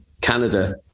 Canada